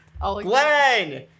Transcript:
Glenn